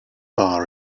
bar